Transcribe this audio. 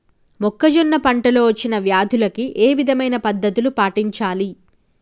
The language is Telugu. మొక్కజొన్న పంట లో వచ్చిన వ్యాధులకి ఏ విధమైన పద్ధతులు పాటించాలి?